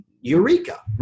Eureka